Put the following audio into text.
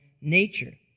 nature